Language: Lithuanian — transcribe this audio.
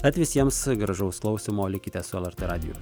tad visiems gražaus klausymo likite su lrt radiju